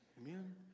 Amen